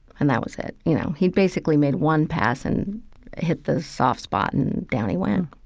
and that was it. you know, he'd basically made one pass and hit the soft spot and down he went